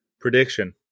prediction